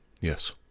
Yes